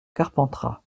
carpentras